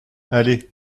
allez